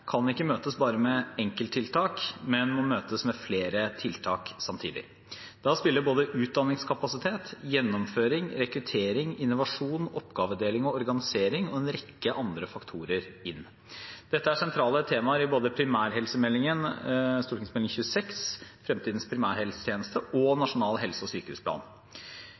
kan ikke møtes bare med enkelttiltak, men må møtes med flere tiltak samtidig. Da spiller både utdanningskapasitet, gjennomføring, rekruttering, innovasjon, oppgavedeling, organisering og en rekke andre faktorer inn. Dette er sentrale temaer både i primærhelsemeldingen, Meld. St. 26 for 2014–2015, Fremtidens primærhelsetjeneste, og i Nasjonal helse- og sykehusplan,